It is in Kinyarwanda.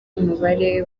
umubare